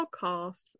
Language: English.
podcast